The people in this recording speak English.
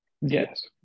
yes